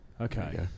Okay